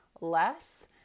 less